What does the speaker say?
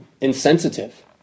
insensitive